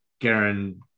Garen